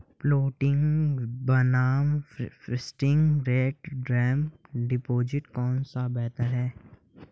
Floating बनाम fixed rate term deposit कौन सा बेहतर है?